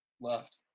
left